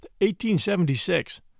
1876